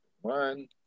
One